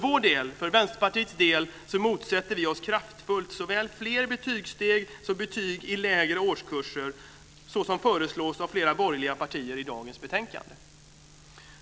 Vi i Vänsterpartiet motsätter oss kraftfullt såväl fler betygssteg som betyg i lägre årskurser, såsom föreslås av flera borgerliga partier i dagens betänkande.